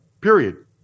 period